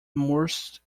most